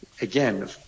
again